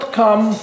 come